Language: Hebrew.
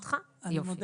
מאוד